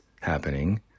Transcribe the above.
happening